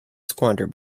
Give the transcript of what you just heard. squander